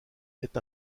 est